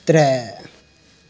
त्रै